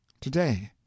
Today